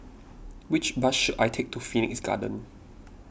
which bus should I take to Phoenix Garden